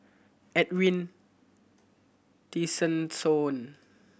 Edwin Tessensohn